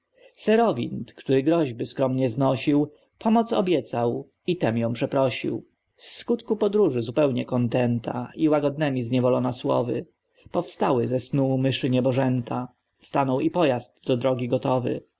serowind który groźby skromnie znosił pomoc obiecał i tem ją przeprosił z skutku podróży zupełnie kontenta i łagodnemi zniewolona słowy powstały ze snu myszy niebożęta stanął i pojazd do drogi gotowy